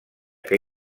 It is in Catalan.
que